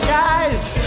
guys